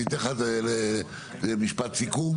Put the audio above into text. אני אתן לך משפט סיכום,